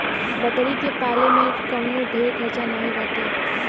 बकरी के पाले में कवनो ढेर खर्चा नाही बाटे